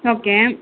okay